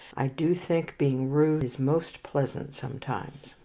i do think being rude is most pleasant sometimes.